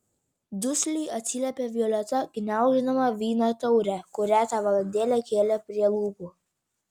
dusliai atsiliepė violeta gniauždama vyno taurę kurią tą valandėlę kėlė prie lūpų